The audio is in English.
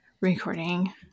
recording